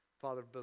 Father